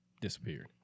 disappeared